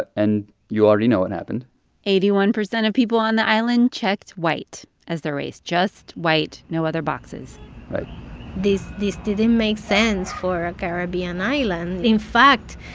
ah and you already know what happened eighty-one percent of people on the island checked white as their race just white, no other boxes right this didn't make sense for a caribbean island. in fact,